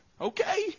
Okay